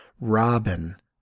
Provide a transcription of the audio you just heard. Robin